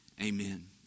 amen